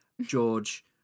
George